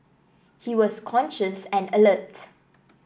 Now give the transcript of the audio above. he was conscious and alert